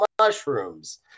mushrooms